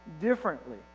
differently